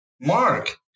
Mark